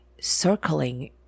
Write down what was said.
circling